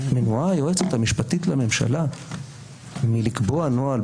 מנועה היועצת המשפטית לממשלה מלקבוע נוהל,